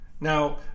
Now